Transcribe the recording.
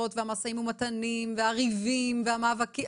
והמשאים ומתנים והריבים והמאבקים,